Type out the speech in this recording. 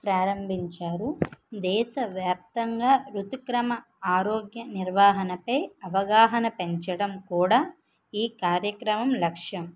ప్రారంభించారు దేశవ్యాప్తంగా రుతుక్రమ ఆరోగ్య నిర్వాహణపై అవగాహన పెంచడం కూడా ఈ కార్యక్రమం లక్ష్యం